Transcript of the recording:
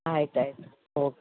ಆಯ್ತು ಆಯ್ತು ಓಕೆ